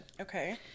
Okay